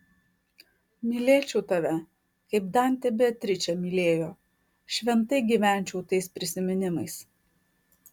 mylėčiau tave kaip dantė beatričę mylėjo šventai gyvenčiau tais prisiminimais